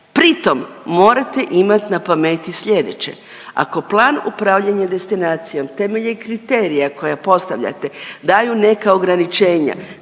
Pri tom morate imat na pameti slijedeće. Ako plan upravljanja destinacijom temeljem kriterija koja postavljate daju neka ograničenja